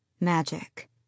magic